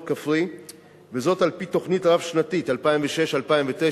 כפרי על-פי תוכנית רב-שנתית 2006 2009,